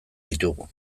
ditugu